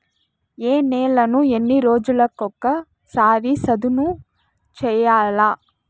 ఏ నేలను ఎన్ని రోజులకొక సారి సదును చేయల్ల?